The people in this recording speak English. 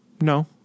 No